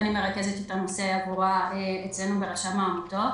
אני מרכזת את הנושא עבורה אצלנו ברשם העמותות.